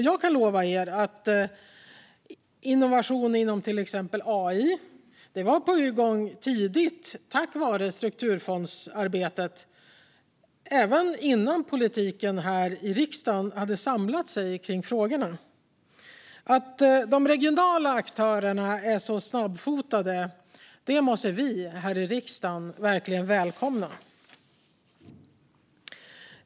Jag kan lova er att innovation inom till exempel AI var igång tidigt tack vare strukturfondsarbetet även innan politikerna här i riksdagen hade samlat sig kring frågorna. Att de regionala aktörerna är så snabbfotade måste vi här i riksdagen verkligen välkomna.